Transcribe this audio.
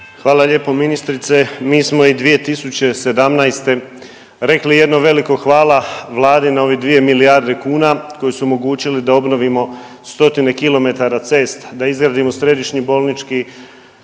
Hvala lijepo ministrice. Mi smo i 2017. rekli jedno veliko hvala Vladi na ovih dvije milijarde kuna koji su omogućili da obnovimo stotine kilometara cesta, da izgradimo središnji bolnički